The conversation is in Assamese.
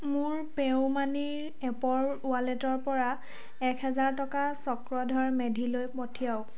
মোৰ পে' ইউ মানি এপৰ ৱালেটৰ পৰা এক হেজাৰ টকা চক্ৰধৰ মেধিলৈ পঠিয়াওক